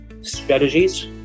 strategies